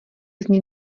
zní